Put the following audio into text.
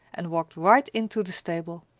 and walked right into the stable.